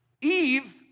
Eve